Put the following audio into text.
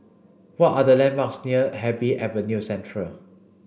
what are the landmarks near Happy Avenue Central